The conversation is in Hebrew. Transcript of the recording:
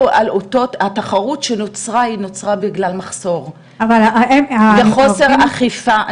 התחרות שנוצרה, נוצרה בגלל מחסור וחוסר אכיפה.